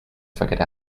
figured